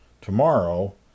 tomorrow